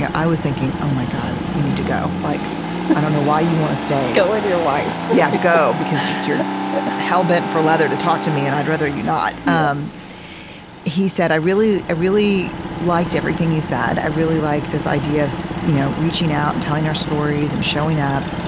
i was thinking, oh, my god, you need to go. like i don't know why you want to stay go with your wife. yeah, go because you're hell-bent for leather to talk to me and i'd rather you not. um he said, i really i really liked everything you said. i really like this idea of so ah reaching out and telling our stories and showing up,